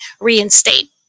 reinstate